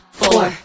four